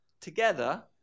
Together